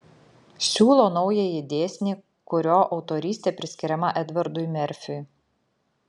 siūlo naująjį dėsnį kurio autorystė priskiriama edvardui merfiui